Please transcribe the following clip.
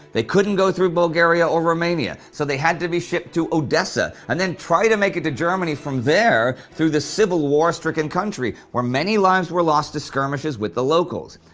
they couldn't go through bulgaria or romania, so they had to be shipped to odessa and then try to make it to germany from there, through the civil war stricken country, where many lives were lost to skirmishes with the locals.